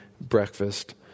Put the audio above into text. breakfast